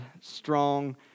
strong